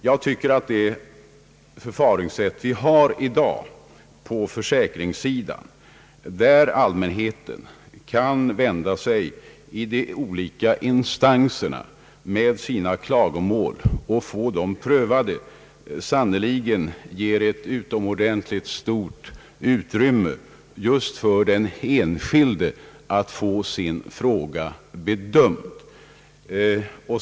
Jag tycker att det förfaringssätt som vi nu har på försäkringssidan, där allmänheten kan vända sig till de olika instanserna med sina klagomål och få dem prövade, verkligen ger ett utomordentligt stort utrymme just för den enskilde att få sin fråga bedömd.